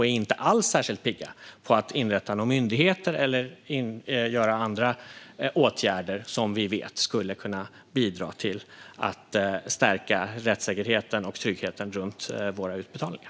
Där är de inte alls särskilt pigga på att inrätta några myndigheter eller vidta andra åtgärder som vi vet skulle kunna bidra till att stärka rättssäkerheten och tryggheten runt våra utbetalningar.